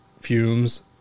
fumes